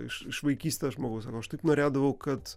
iš iš vaikystės žmogus sako aš taip norėdavau kad